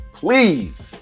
please